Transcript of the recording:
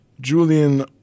Julian